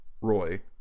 roy